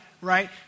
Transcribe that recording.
right